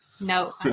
No